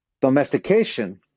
Domestication